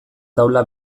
taula